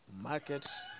markets